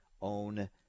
own